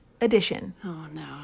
edition